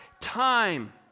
time